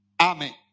Amen